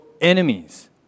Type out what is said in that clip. enemies